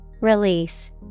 Release